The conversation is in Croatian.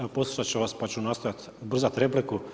Evo, poslušat ću vas pa ću nastojat ubrzat repliku.